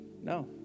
no